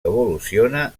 evoluciona